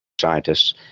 scientists